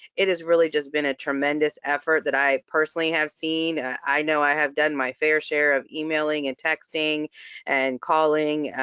it has really just been a tremendous effort that i personally have seen. i know i have done my fair share of emailing and texting and calling.